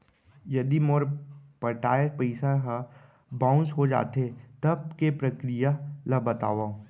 यदि मोर पटाय पइसा ह बाउंस हो जाथे, तब के प्रक्रिया ला बतावव